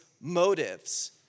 motives